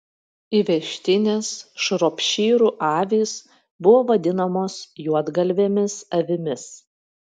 įvežtinės šropšyrų avys buvo vadinamos juodgalvėmis avimis